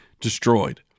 destroyed